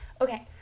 Okay